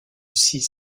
six